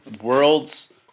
world's